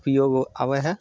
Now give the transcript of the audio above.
उपयोग आबय हइ